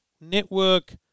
Network